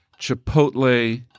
chipotle